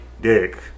dick